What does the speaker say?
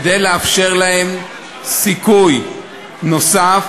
כדי לאפשר להם סיכוי נוסף